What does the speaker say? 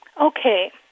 okay